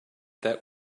that